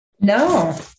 No